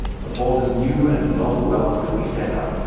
before this new and novel wealth could be set up,